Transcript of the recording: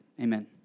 Amen